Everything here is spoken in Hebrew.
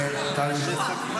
זה קשוח.